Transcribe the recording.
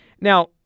Now